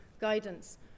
guidance